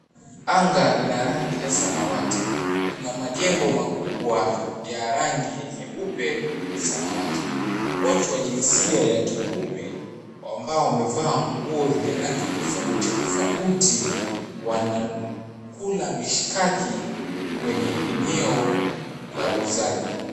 Anga ina rangi ya samawati. Kuna majengo makubwa ya rangi ya nyeupe na samawatu. Watu wa jinsia ya kiume, ambao wamevaa nguo zenye rangi tofauti tofauti, wanakula mishikaki kwenye eneo la uuzaji.